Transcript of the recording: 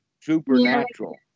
supernatural